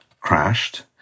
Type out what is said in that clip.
crashed